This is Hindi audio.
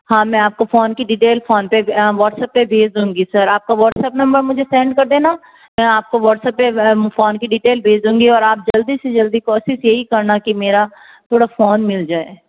हाँ मैं आपको फोन की डिटेल फोन पे व्हाट्सएप पे भेज दूँगी सर आपका व्हाट्सएप नंबर मुझे सेंड कर देना मैं आपको व्हाट्सएप पे फोन की डिटेल्स भेज दूंगी और आप जल्दी से जल्दी कोशिश यही करना कि मेरा थोड़ा फोन मिल जाए